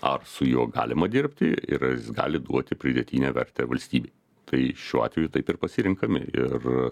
ar su juo galima dirbti ir ar jis gali duoti pridėtinę vertę valstybei tai šiuo atveju taip ir pasirenkame ir